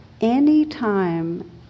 Anytime